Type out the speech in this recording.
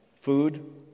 food